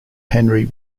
henry